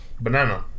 Banana